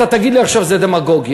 אתה תגיד לי עכשיו: זו דמגוגיה,